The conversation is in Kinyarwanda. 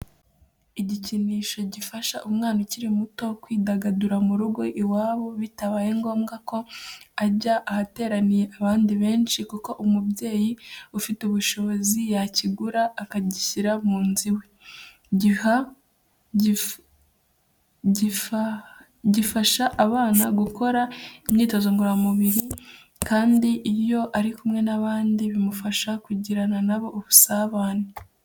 Igikinisho gifasha umwana ukuri muto kwidagadura mu rugo iwabo bitabaye ngombwa ko ajya ahateraniye abandi benshi kuko umubyeyi ufite ubushobozi yakigura akagishyira mu nzu iwe. Gifaha abana gukora imyitozo ngororamubiri, kandi iyo ari kumwe n'abandi bimufasha kugirana nabo ubusabane.